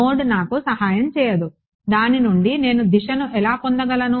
node నాకు సహాయం చేయదు దాని నుండి నేను దిశను ఎలా పొందగలను